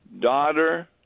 Daughter